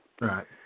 Right